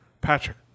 Patrick